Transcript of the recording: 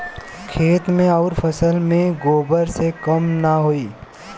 खेत मे अउर फसल मे गोबर से कम ना होई?